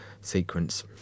sequence